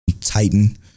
Titan